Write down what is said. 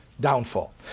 downfall